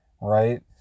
right